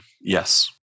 Yes